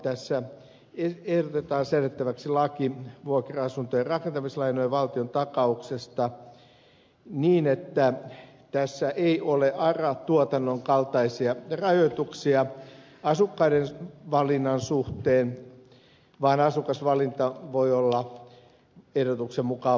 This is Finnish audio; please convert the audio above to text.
tässä ehdotetaan säädettäväksi laki vuokra asuntojen rakentamislainojen valtiontakauksesta niin että tässä ei ole ara tuotannon kaltaisia rajoituksia asukkaiden valinnan suhteen vaan asukasvalinta voi olla ehdotuksen mukaan vapaata